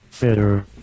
better